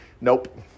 Nope